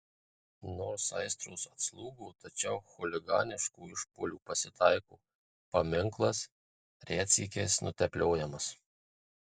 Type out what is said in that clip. nors aistros atslūgo tačiau chuliganiškų išpuolių pasitaiko paminklas retsykiais nutepliojamas